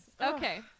Okay